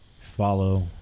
follow